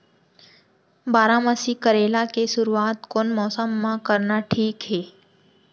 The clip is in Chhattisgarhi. बारामासी करेला के शुरुवात कोन मौसम मा करना ठीक हे?